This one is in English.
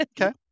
Okay